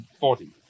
body